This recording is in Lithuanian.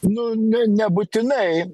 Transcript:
nu ne nebūtinai